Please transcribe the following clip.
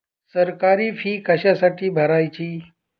सरकारी फी कशासाठी भरायची